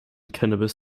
cannabis